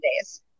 days